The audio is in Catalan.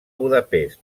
budapest